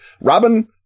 Robin